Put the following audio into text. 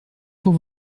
pour